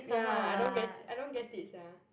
ya I don't get I don't get it sia